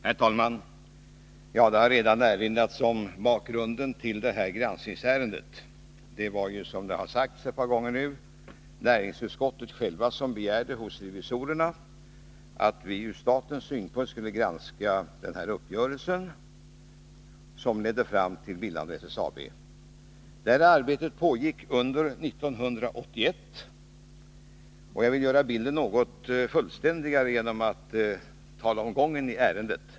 Herr talman! Det har redan erinrats om bakgrunden till detta granskningsärende. Det var, som det nu har sagts ett par gånger, näringsutskottet självt som hos revisorerna begärde att man ur statens synpunkt skulle granska den uppgörelse som ledde fram till bildandet av SSAB. Detta arbete pågick under 1981. Jag vill göra bilden något mer fullständig genom att tala om gången i ärendet.